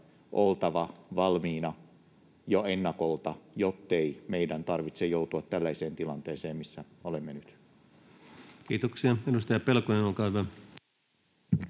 oltava valmiina jo ennakolta, jottei meidän tarvitse joutua tällaiseen tilanteeseen, missä olemme nyt. Kiitoksia. — Edustaja Pelkonen, olkaa hyvä.